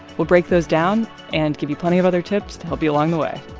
we'll break those down and give you plenty of other tips to help you along the way